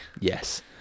Yes